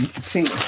See